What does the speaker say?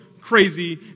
crazy